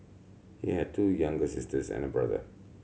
he had two younger sisters and brother